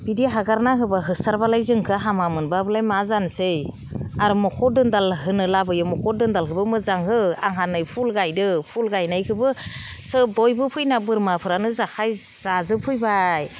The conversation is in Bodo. बिदि हगारना होबा होसारबालाय जोंखौ हामा मोनबाबोलाय मा जानोसै आरो मोसौआव दोनदा होनो लाबोयो मोसौ दोनदालखौबो मोजांहो आंहा नै फुल गायदों फुल गायनायखौबो बयबो फैना बोरमाफोरानो जाजोबफैबाय